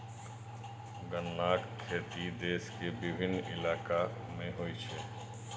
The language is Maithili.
गन्नाक खेती देश के विभिन्न इलाका मे होइ छै